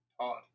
taught